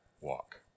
walk